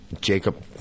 Jacob